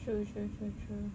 true true true true